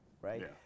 right